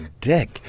dick